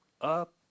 Up